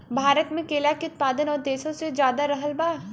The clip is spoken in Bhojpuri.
भारत मे केला के उत्पादन और देशो से ज्यादा रहल बा